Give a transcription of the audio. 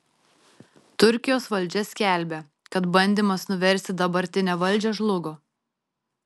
turkijos valdžia skelbia kad bandymas nuversti dabartinę valdžią žlugo